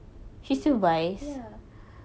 mm ya